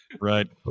Right